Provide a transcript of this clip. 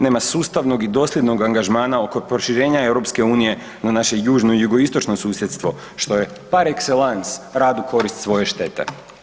Nema sustavnog i dosljednog angažmana oko proširenja EU-a na naše južno i jugoistočno susjedstvom, što je par excellence radu u korist svoje štete.